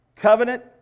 Covenant